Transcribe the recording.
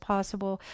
possible